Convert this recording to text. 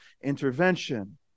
intervention